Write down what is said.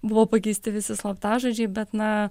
buvo pakeisti visi slaptažodžiai bet na